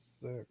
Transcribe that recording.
six